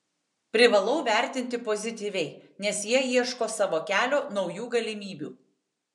privalau vertinti pozityviai nes jie ieško savo kelio naujų galimybių